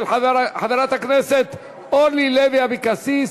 של חברת הכנסת אורלי לוי אבקסיס,